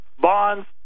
Bonds